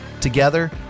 Together